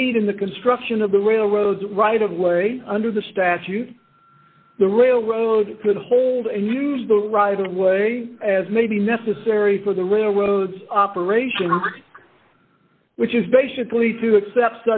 aid in the construction of the railroad right of way under the statute the railroad could hold and use the right of way as may be necessary for the railroad operation which is basically to accept